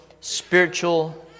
spiritual